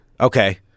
Okay